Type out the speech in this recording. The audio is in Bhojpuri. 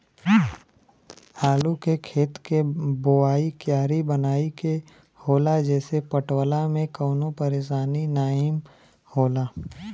आलू के खेत के बोवाइ क्यारी बनाई के होला जेसे पटवला में कवनो परेशानी नाहीम होला